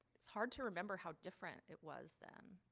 it's hard to remember how different it was then.